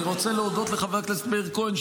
אני רוצה להודות לחבר הכנסת מאיר כהן,